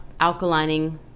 alkalining